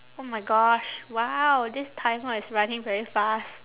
oh my gosh !wow! this timer is running very fast